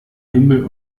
himmel